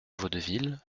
vaudeville